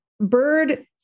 bird